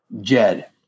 Jed